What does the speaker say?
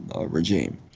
regime